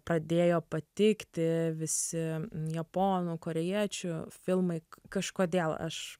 pradėjo patikti visi japonų korėjiečių filmai kažkodėl aš